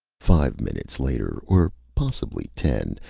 five minutes later, or possibly ten,